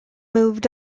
moved